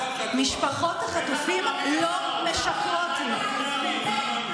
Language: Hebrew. אני אומרת לך,